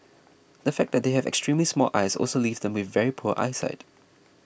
the fact that they have extremely small eyes also leaves them with very poor eyesight